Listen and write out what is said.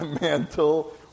mantle